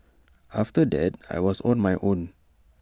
after that I was on my own